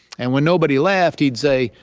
and when nobody laughed, he'd say,